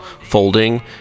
folding